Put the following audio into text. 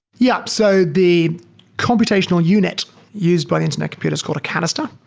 yeah. so the computational unit used by the internet computer is called a canister.